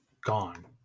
gone